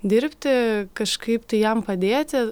dirbti kažkaip tai jam padėti